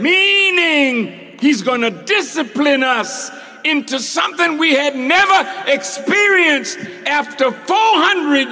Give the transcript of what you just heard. meaning he's going to discipline us into something we had never experienced after